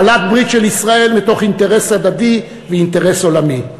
בעלת ברית של ישראל מתוך אינטרס הדדי ואינטרס עולמי.